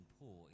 poor